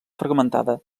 fragmentada